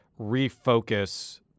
refocus